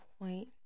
point